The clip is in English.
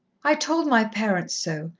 i told my parents so,